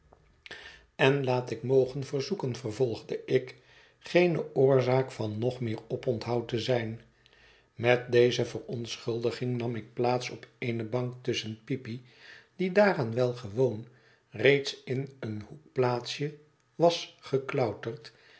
en laat ik mogen verzoeken vervolgde ik geene oorzaak van nog meer oponthoud te zijn met deze verontschuldiging nam ik plaats op eene bank tusschen peepy die daaraan wel gewoon reeds in een hqekplaatsje was geklouterd